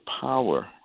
power